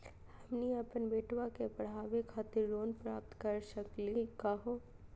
हमनी के अपन बेटवा क पढावे खातिर लोन प्राप्त कर सकली का हो?